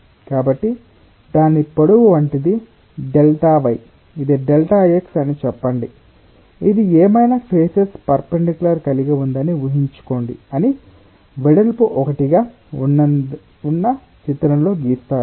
కాబట్టి దాని పొడవు వంటిది δ y ఇది డెల్టా x అని చెప్పండిఇది ఏమైనా ఫేసెస్ పర్ఫెన్దికులర్ కలిగి ఉందని ఊహించుకోండి అన్ని వెడల్పు 1 గా ఉన్న చిత్రంలో గీస్తారు